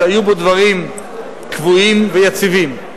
שהיו בו דברים קבועים ויציבים.